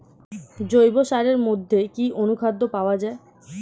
জৈব সারের মধ্যে কি অনুখাদ্য পাওয়া যায়?